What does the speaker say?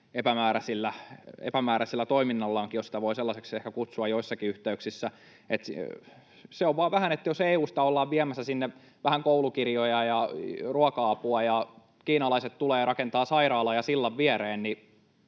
epämääräisellä toiminnallaankin, jos sitä voi sellaiseksi ehkä kutsua joissakin yhteyksissä. Se on vaan vähän niin, että jos EU:sta ollaan viemässä sinne vähän koulukirjoja ja ruoka-apua ja kiinalaiset tulevat ja rakentavat viereen